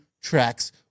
tracks